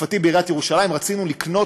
בתקופתי בעיריית ירושלים רצינו לקנות